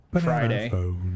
Friday